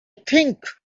think